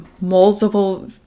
multiple